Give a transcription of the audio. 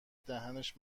دهنش